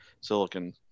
silicon